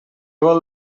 vol